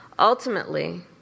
Ultimately